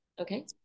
okay